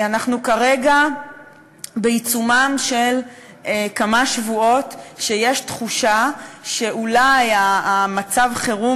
אנחנו כרגע בעיצומם של כמה שבועות שיש תחושה שאולי מצב החירום